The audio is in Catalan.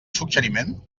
suggeriment